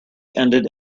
ended